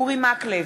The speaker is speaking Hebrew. אורי מקלב,